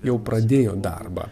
jau pradėjo darbą